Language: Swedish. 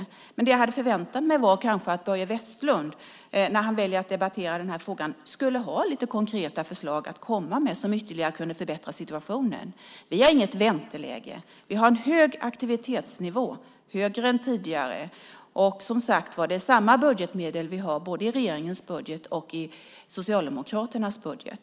Det jag kanske hade förväntat mig var att Börje Vestlund när han väljer att debattera den här frågan skulle ha lite konkreta förslag att komma med som ytterligare kunde förbättra situationen. Vi har inget vänteläge. Vi har en hög aktivitetsnivå. Den är högre än tidigare. Det är samma budgetmedel vi har både i regeringens budget och i Socialdemokraternas budget.